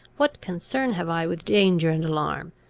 what concern have i with danger and alarm?